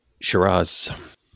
Shiraz